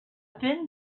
thin